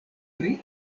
pri